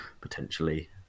potentially